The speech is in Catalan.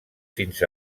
fins